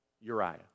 Uriah